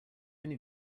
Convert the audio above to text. only